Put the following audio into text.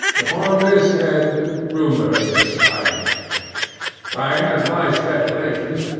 upon this head, rumour is silent i have my speculations,